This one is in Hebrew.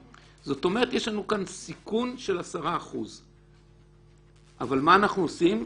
זאת אומרת יש לנו כאן סיכון של 10%. אז מה אנחנו עושים?